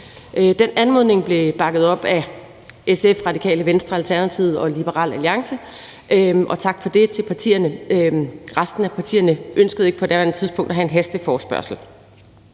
Den anmodning blev bakket op af SF, Radikale Venstre, Alternativet og Liberal Alliance, og tak for det til partierne. Resten af partierne ønskede ikke på daværende tidspunkt at have en hasteforespørgsel.